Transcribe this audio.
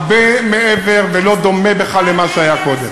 הרבה מעבר, ולא דומה בכלל למה שהיה קודם.